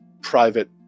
private